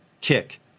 kick